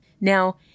Now